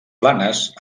planes